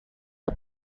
are